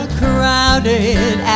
crowded